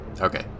Okay